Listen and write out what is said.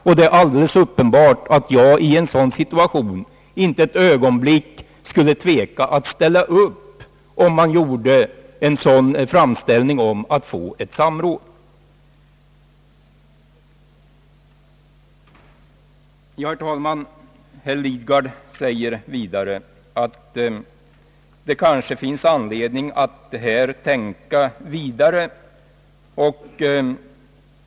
Och det är alldeles uppenbart att jag inte ett ögonblick skulle tveka att ställa upp, om någon i en sådan situation begärde ett samråd. Herr Lidgard säger också, att det kanske finns anledning att tänka vidare beträffande dessa frågor.